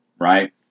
right